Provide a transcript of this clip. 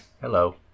Hello